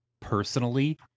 personally